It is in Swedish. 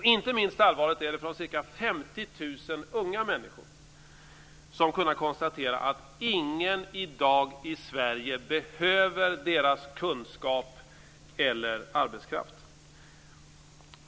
Inte minst allvarligt är det för de ca 50 000 unga människor som kunnat konstatera att ingen i Sverige i dag behöver deras kunskap eller arbetskraft.